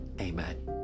Amen